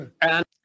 and-